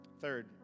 Third